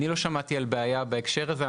אני לא שמעתי על בעיה בהקשר הזה.